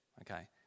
okay